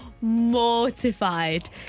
mortified